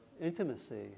intimacy